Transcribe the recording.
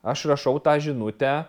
aš rašau tą žinutę